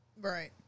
Right